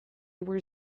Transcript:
were